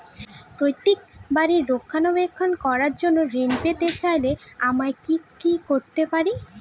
পৈত্রিক বাড়ির রক্ষণাবেক্ষণ করার জন্য ঋণ পেতে চাইলে আমায় কি কী করতে পারি?